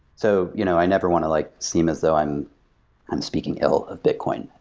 so you know i never want to like seem as though i'm i'm speaking ill of bitcoin.